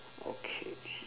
okay